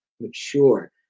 mature